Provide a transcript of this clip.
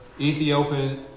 Ethiopian